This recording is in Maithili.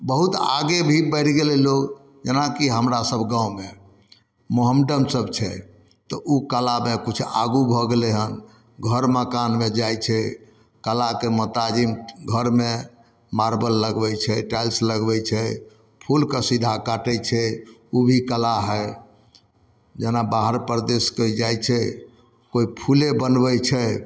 बहुत आगे भी बढ़ि गेलै लोक जेनाकि हमरासभ गाममे मोहम्मडन सभ छै तऽ ओ कलामे किछु आगू भऽ गेलै हँ घर मकानमे जाइ छै कलाके मोताजिम घरमे मारबल लगबै छै टाइल्स लगबै छै फूल कशीदा काटै छै ओ भी कला हइ जेना बाहर परदेस कोइ जाइ छै कोइ फूले बनबै छै